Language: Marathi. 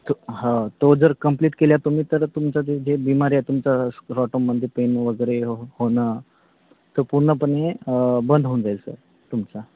तो हा तो जर कंप्लीट केल्या तुम्ही तर तुमचं जे जे बीमारी तुमचा पेन वगैरे हो होणं तर पूर्णपणे बंद होऊन जाईल सर तुमचा